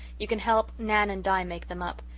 you can help nan and di make them up.